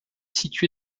situé